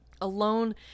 alone